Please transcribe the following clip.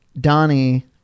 Donnie